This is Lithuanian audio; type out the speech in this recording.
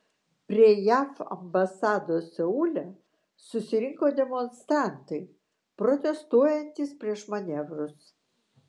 prie jav ambasados seule susirinko demonstrantai protestuojantys prieš manevrus